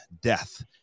death